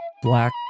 Black